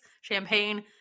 champagne